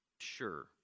Sure